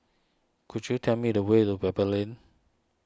could you tell me the way to Pebble Lane